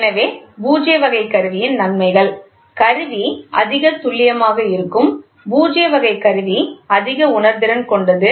எனவே பூஜ்ய வகை கருவியின் நன்மைகள் கருவி அதிக துல்லியமாக இருக்கும் பூஜ்ய வகை கருவி அதிக உணர்திறன் கொண்டது